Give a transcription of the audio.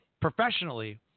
professionally